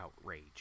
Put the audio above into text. outrage